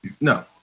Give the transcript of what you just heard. no